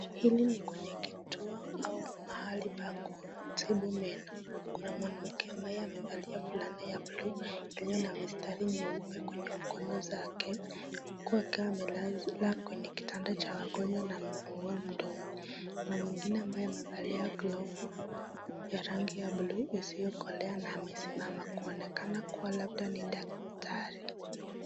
Hilinni kwenye kituo au mahali pa kutibu meno, kuna mwanamke ambaye amevalia fulana ya bluu iliyo na mistari nyeupe kwenye mikono zake kuwa amazwa Kwa kitanda cha wagonjwa na amefungua mdomo, na mwingine ambaye amevalia glovu ya rangi ya bluu isiyokolea na amesimama kuonekana kuwa labda ni daktari.